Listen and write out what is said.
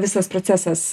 visas procesas